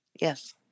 Yes